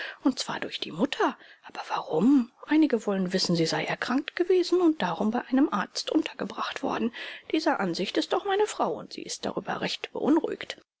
und zwar durch die mutter aber warum einige wollen wissen sie sei erkrankt gewesen und darum bei einem arzt untergebracht worden dieser ansicht ist auch meine frau und sie ist darüber recht beunruhigt